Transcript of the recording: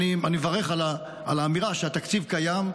אני מברך על האמירה שהתקציב קיים,